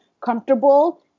comfortable